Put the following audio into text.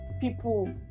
people